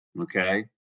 Okay